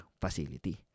facility